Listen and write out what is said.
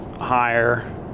higher